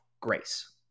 Grace